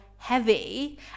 heavy